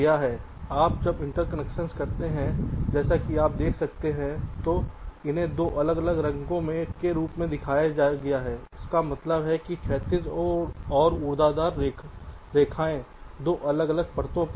आप जब इंटरकनेक्शन करते हैं जैसा कि आप देख सकते हैं तो इन्हें दो अलग अलग रंगों के रूप में दिखाया गया है जिसका मतलब है कि क्षैतिज और ऊर्ध्वाधर रेखाएं दो अलग अलग परतों पर हैं